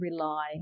rely